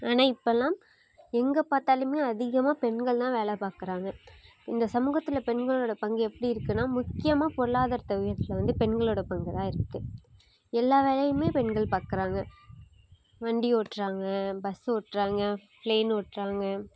ஆனால் இப்போலாம் எங்கு பார்த்தாலுமே அதிகமாக பெண்கள்தான் வேலை பார்க்குறாங்க இந்த சமூகத்தில் பெண்களோயட பங்கு எப்படி இருக்குனால் முக்கியமாக பொருளாதாரத்தை உயர்த்தறதில் வந்து பெண்களோடய பங்குதான் இருக்குது எல்லா வேலையுமே பெண்கள் பார்க்குறாங்க வண்டி ஓட்டுறாங்க பஸ்ஸு ஓட்டுறாங்க பிளேன் ஓட்டுறாங்க